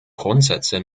grundsätze